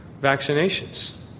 vaccinations